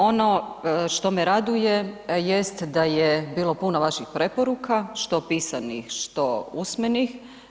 Ono što me raduje jest da je bilo puno vaših preporuka što pisanih što usmenih.